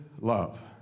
love